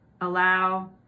allow